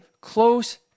close